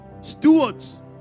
Stewards